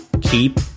keep